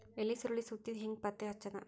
ಎಲಿ ಸುರಳಿ ಸುತ್ತಿದ್ ಹೆಂಗ್ ಪತ್ತೆ ಹಚ್ಚದ?